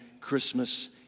Christmas